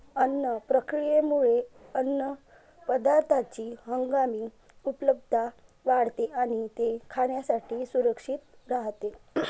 अन्न प्रक्रियेमुळे अन्नपदार्थांची हंगामी उपलब्धता वाढते आणि ते खाण्यासाठी सुरक्षित राहते